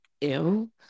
ill